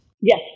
Yes